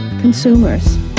consumers